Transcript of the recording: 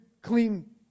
clean